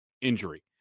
injury